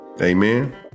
Amen